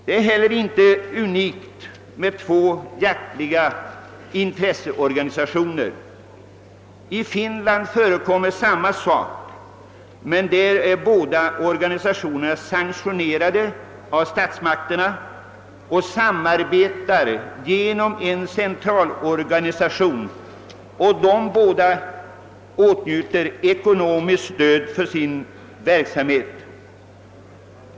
Det är heller inte unikt med två jaktliga intresseorganisationer. I Finland förekommer samma sak, men där är båda organisationerna sanktionerade av statsmakterna och samarbetar genom en centralorganisation. Båda åtnjuter också ekonomiskt stöd för sin verksamhet.